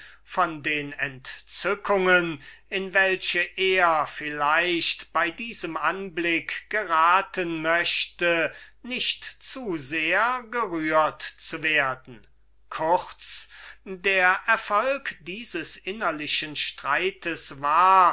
von den entzückungen in welche er vielleicht bei diesem anblick geraten möchte nicht zu sehr gerührt zu werden kurz der erfolg dieses innerlichen streites war